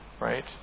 right